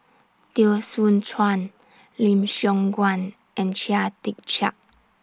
Teo Soon Chuan Lim Siong Guan and Chia Tee Chiak